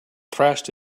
thrashed